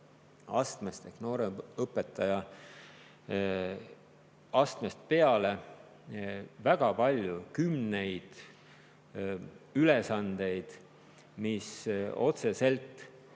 nooremõpetaja astmest peale väga palju, kümneid ülesandeid, mis otseselt